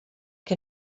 que